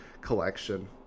collection